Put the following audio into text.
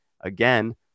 again